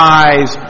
eyes